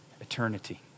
eternity